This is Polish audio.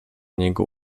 niego